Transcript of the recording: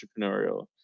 entrepreneurial